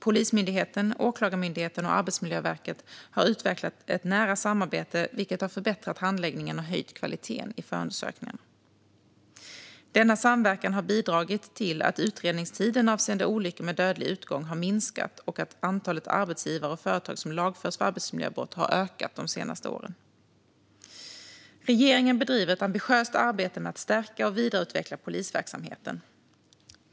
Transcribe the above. Polismyndigheten, Åklagarmyndigheten och Arbetsmiljöverket har utvecklat ett nära samarbete, vilket har förbättrat handläggningen och höjt kvaliteten i förundersökningarna. Denna samverkan har bidragit till att utredningstiden avseende olyckor med dödlig utgång har minskat och att antalet arbetsgivare och företag som lagförs för arbetsmiljöbrott har ökat de senaste åren. Regeringen bedriver ett ambitiöst arbete med att stärka och vidareutveckla polisverksamheten.